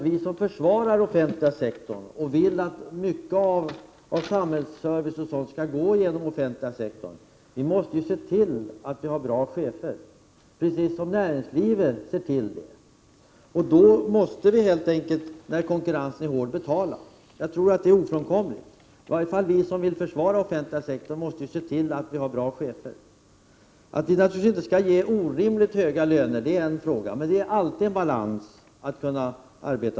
Vi som försvarar den offentliga sektorn och vill att mycket av samhällets service skall gå genom den offentliga sektorn måste se till att det finns bra chefer där, precis som näringslivet ser till att få det. Då måste vi, när konkurrensen är hård, betala — det tror jag är ofrånkomligt. I varje fall vi som vill försvara den offentliga sektorn måste se till att vi har bra chefer. Vi skall naturligtvis inte ge orimligt höga löner. Men det är alltid en fråga om balans.